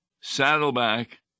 Saddleback